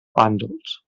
bàndols